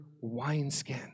wineskin